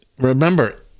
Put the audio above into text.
Remember